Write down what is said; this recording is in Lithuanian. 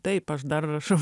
taip aš dar rašau